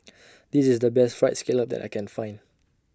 This IS The Best Fried Scallop that I Can Find